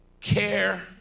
care